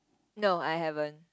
no I haven't